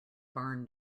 barn